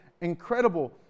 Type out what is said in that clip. incredible